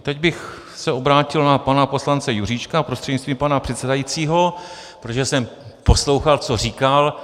Teď bych se obrátil na pana poslance Juříčka prostřednictvím pana předsedajícího, protože jsem poslouchal, co říkal.